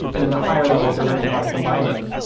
and in the higher levels they're learning how to combine them.